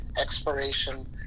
exploration